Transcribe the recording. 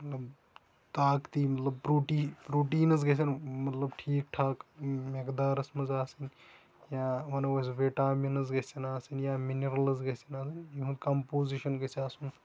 طاقتی مطلب protein proteins گژھن مطلب ٹھیٖک ٹھاک میقدارس منٛز آسٕنۍ یا وَنو أسۍ وِٹامِنٕز گژھن آسٕنۍ یا مِنرَلٕز گژھن آسٕنۍ یِہُند کَمپوٗزِشن گژھِ آسُن